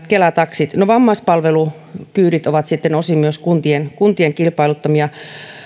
kela taksit no vammaispalvelukyydit ovat sitten osin myös kuntien kuntien kilpailuttamia